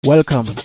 Welcome